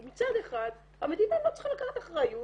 כי מצד אחד המדינה לא צריכה לקחת אחריות